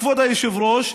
כבוד היושב-ראש,